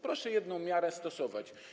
Proszę jedną miarę stosować.